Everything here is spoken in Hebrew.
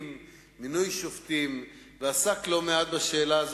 איזו מהן?